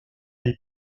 del